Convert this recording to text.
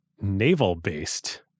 naval-based